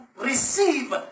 receive